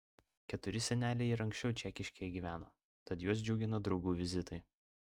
keturi seneliai ir anksčiau čekiškėje gyveno tad juos džiugina draugų vizitai